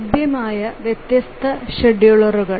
ലഭ്യമായ വ്യത്യസ്ത ഷെഡ്യൂളറുകൾ